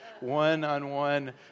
one-on-one